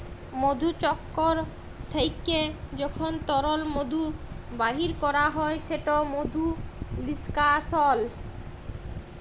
মধুচক্কর থ্যাইকে যখল তরল মধু বাইর ক্যরা হ্যয় সেট মধু লিস্কাশল